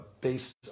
based